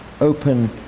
open